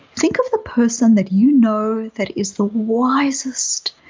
think of the person that you know that is the wisest,